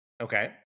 okay